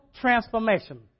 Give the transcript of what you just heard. transformation